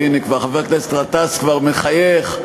והנה חבר הכנסת גטאס כבר מחייך,